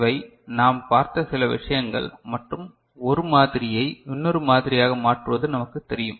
இவை நாம் பார்த்த சில விஷயங்கள் மற்றும் ஒரு மாதிரியை இன்னொரு மாதிரியாக மாற்றுவது நமக்குத் தெரியும்